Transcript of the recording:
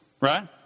Right